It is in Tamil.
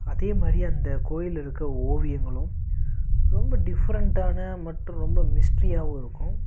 அதேமாதிரி அந்த கோயிலில் இருக்கற ஓவியங்களும் ரொம்ப டிஃப்ரெண்ட்டான மற்றும் ரொம்ப மிஸ்ட்ரியாகவும் இருக்கும்